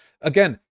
again